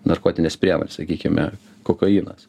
narkotines priemones sakykime kokainas